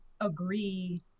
agree